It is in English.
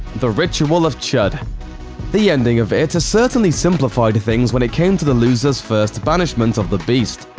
the ritual of chud the ending of it certainly simplified things when it came to the losers' first banishment of the beast.